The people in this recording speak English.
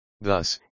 Thus